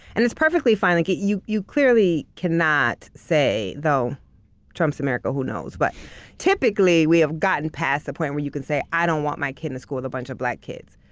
and it's perfectly fine like you you clearly cannot say though trump's america who knows but typically we have gotten past the point where you can say i don't want my kid in school with a bunch of black kids.